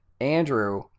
andrew